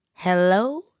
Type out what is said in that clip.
Hello